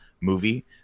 movie